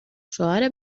شعار